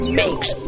makes